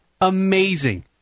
Amazing